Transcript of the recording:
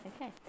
okay